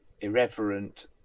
irreverent